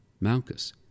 Malchus